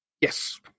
yes